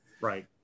Right